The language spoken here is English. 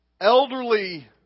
elderly